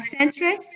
centrist